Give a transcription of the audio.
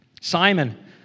Simon